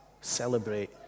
celebrate